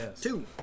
Two